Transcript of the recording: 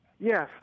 Yes